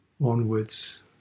onwards